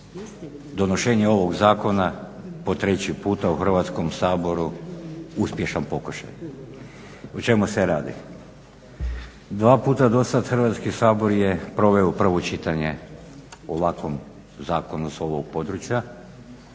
donošenja ovog zakona po treći puta u Hrvatskom saboru uspješan pokušaj. O čemu se radi? Dva puta do sada je Hrvatski sabor proveo prvo čitanje o ovakvom zakonu s ovog područja